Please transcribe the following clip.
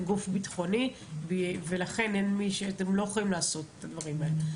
גוף בטחוני ואתם לא יכולים לעשות את הדברים האלה.